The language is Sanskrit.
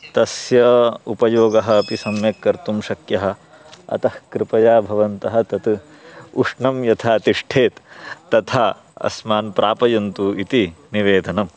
तस्य उपयोगः अपि सम्यक् कर्तुं शक्यः अतः कृपया भवन्तः तत् उष्णं यथा तिष्ठेत् तथा अस्मान् प्रापयन्तु इति निवेदनं